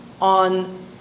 on